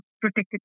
protected